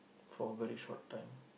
for very short time